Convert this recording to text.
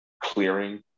clearing